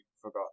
forgot